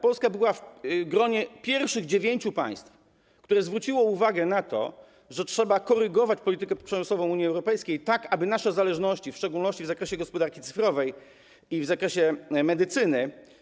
Polska była w gronie pierwszych dziewięciu państw, które zwróciły uwagę na to, że trzeba korygować politykę przemysłową Unii Europejskiej, tak aby ograniczyć nasze zależności, w szczególności w zakresie gospodarki cyfrowej i w zakresie medycyny.